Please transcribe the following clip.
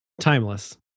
Timeless